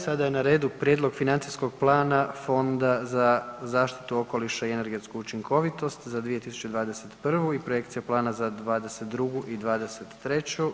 Sada je na redu Prijedlog financijskog plana Fonda za zaštitu okoliša i energetsku učinkovitost za 2021. i projekcije plana za '22. i '23.